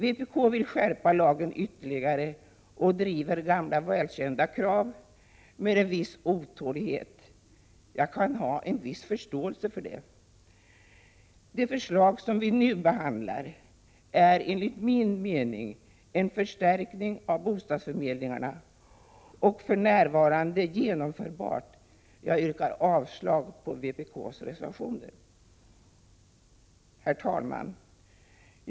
Vpk vill skärpa lagen ytterligare och driver gamla välkända krav med någon otålighet. Jag kan ha en viss förståelse för det. Det förslag som nu behandlas är enligt min mening en förstärkning av bostadsförmedlingarna och det är också genomförbart. Jag yrkar avslag på vpk-reservationerna.